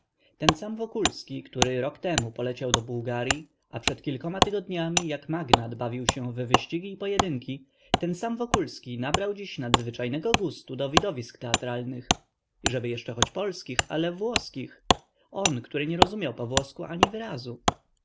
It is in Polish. ten sam wokulski który rok temu poleciał do bułgaryi a przed kilkoma tygodniami jak magnat bawił się w wyścigi i pojedynki ten sam wokulski nabrał dziś nadzwyczajnego gustu do widowisk teatralnych i jeszcze żeby choć polskich ale włoskich on który nie rozumiał po włosku ani wyrazu